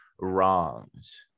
wrongs